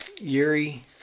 Yuri